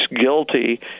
guilty